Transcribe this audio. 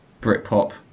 Britpop